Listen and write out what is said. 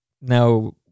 Now